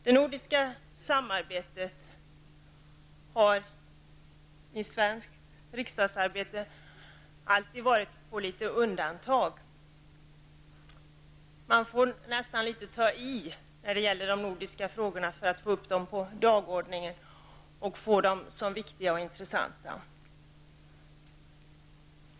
Det nordiska samarbetet har alltid varit satt litet på undantag i svenskt riksdagsarbete. Man får nästan ta i för att få upp de nordiska frågorna på dagordningen och få dem att anses viktiga och intressanta.